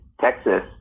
Texas